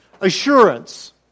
assurance